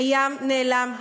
הים נעלם,